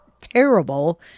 terrible